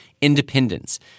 Independence